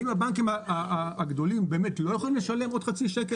האם הבנקים הגדולים באמת לא יכולים לשלם עוד חצי שקל?